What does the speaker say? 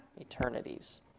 eternities